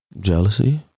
Jealousy